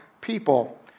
people